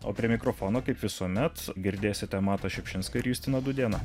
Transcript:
o prie mikrofono kaip visuomet girdėsite matą šiupšinską ir justiną dūdėną